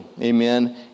Amen